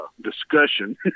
discussion